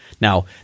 Now